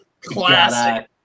Classic